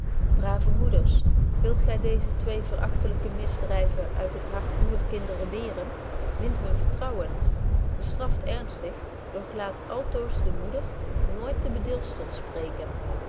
moeders wilt gy deeze twee verachtelyke misdryven uit het hart uwer kinderen weren wint hun vertrouwen bestraft ernstig doch laat altoos de moeder nooit de bedilster spreken